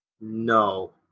No